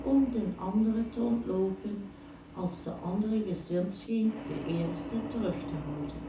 om den anderen te ontloopen als de andere gezind scheen de eerste terug te houden